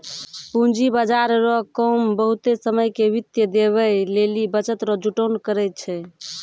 पूंजी बाजार रो काम बहुते समय के वित्त देवै लेली बचत रो जुटान करै छै